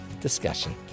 discussion